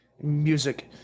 music